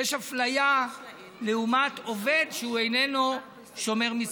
יש אפליה לעומת עובד שהוא איננו שומר מצוות.